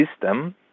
system